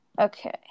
Okay